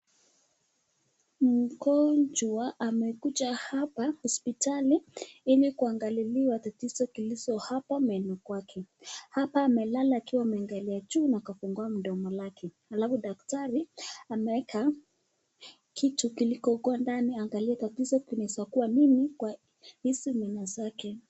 Mgonjwa amekuja hapa hospitali ili kuangaliliwa tatizo kilicho hapo meno kwake, hapa amelala akiwa ameangalia juu naakafungua mdomo lake alafu ,daktari ameweka kitu kiliko huko ndani angalie tatizo kinaezakuwa nini kwa hizi meno zake.